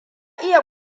iya